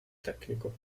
tecnico